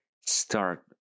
start